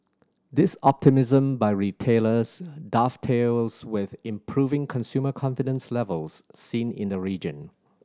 this optimism by retailers dovetails with improving consumer confidence levels seen in the region